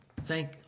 thank